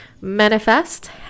manifest